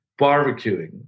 barbecuing